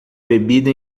bebida